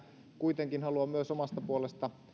kuitenkin haluan myös omasta puolestani